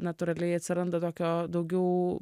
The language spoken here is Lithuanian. natūraliai atsiranda tokio daugiau